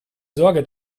sorge